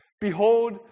Behold